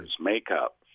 makeup